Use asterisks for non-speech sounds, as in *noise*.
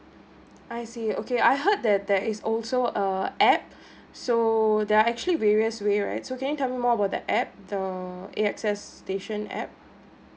I see okay I heard that there is also a app *breath* so there are actually various way right so can you tell me more about the app the A_X_S station app